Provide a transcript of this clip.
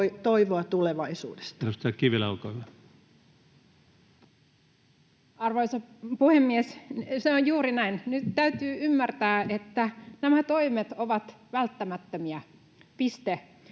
Time: 18:05 Content: Arvoisa puhemies! Se on juuri näin. Nyt täytyy ymmärtää, että nämä toimet ovat välttämättömiä. Piste.